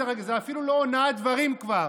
זה אפילו לא אונאת דברים כבר,